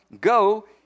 go